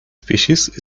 species